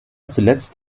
zuletzt